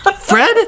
fred